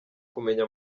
kumenya